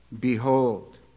Behold